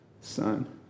Son